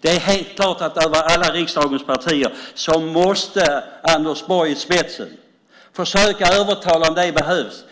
Det är helt klart att vi över alla riksdagens partigränser, med Anders Borg i spetsen, måste försöka övertalas till det om det behövs.